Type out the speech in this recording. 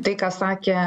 tai ką sakė